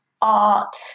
art